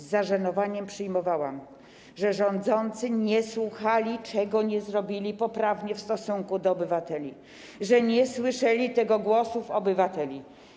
Z zażenowaniem przyjmowałam, że rządzący nie słuchali, czego nie zrobili poprawnie w stosunku do obywateli, że nie słyszeli głosu obywateli.